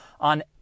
on